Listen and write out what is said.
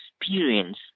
experience